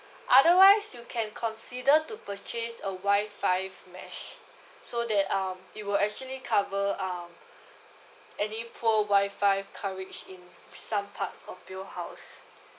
otherwise you can consider to purchase a Wi-Fi mesh so that um it will actually cover uh any poor Wi-Fi coverage in some part of your house